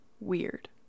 weird